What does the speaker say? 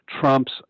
Trump's